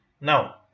Now